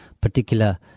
particular